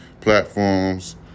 platforms